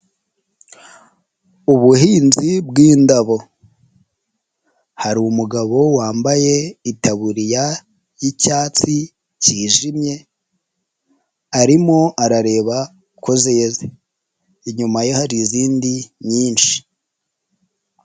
Ubuhinzi bw'indabo hari umugabo wambaye itaburiya y'icyatsi cyijimye arimo arareba kozeze, inyuma ye hari izindi nyinshi.